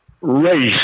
race